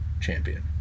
Champion